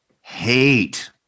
hate